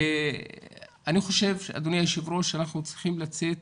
אדוני היו"ר, אני חושב שאנחנו צריכים לצאת